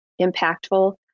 impactful